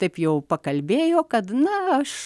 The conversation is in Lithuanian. taip jau pakalbėjo kad na aš